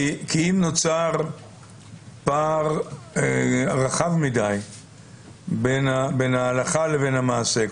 כי אם נוצר פער רחב מדי בין ההלכה לבין המעשה,